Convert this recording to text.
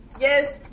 Yes